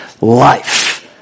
life